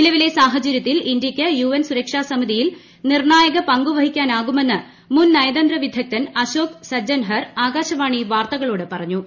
നിലവിലെ സാഹചരൃത്തിൽ ഇന്തൃയ്ക്ക് യുഎൻ സുരക്ഷാസമിതിയിൽ നിർണായക പങ്കുവഹിക്കാനാകുമെന്ന് മുൻ നയതന്ത്രവിദഗ്ധൻ അശോക് സജ്ജൻഹർ ആകാശവാണി വാർത്തകളോട് പറഞ്ഞു